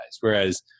whereas